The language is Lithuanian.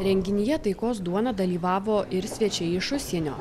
renginyje taikos duona dalyvavo ir svečiai iš užsienio